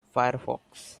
firefox